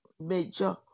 major